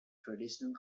traditional